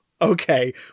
Okay